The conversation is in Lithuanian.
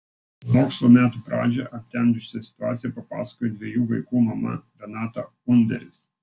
mokslo metų pradžią aptemdžiusią situaciją papasakojo dviejų vaikų mama renata underis